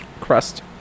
Crust